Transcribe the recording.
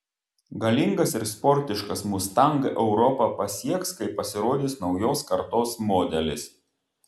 galingas ir sportiškas mustang europą pasieks kai pasirodys naujos kartos modelis